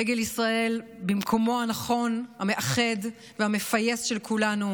דגל ישראל במקומו הנכון, המאחד והמפייס של כולנו,